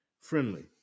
friendly